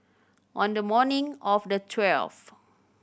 on the morning of the twelfth